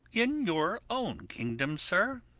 in your own kingdom, sir.